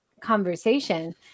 conversation